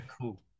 cool